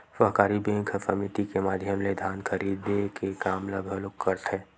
सहकारी बेंक ह समिति के माधियम ले धान खरीदे के काम ल घलोक करथे